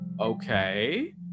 okay